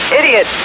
idiot